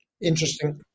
interesting